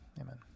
amen